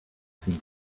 seemed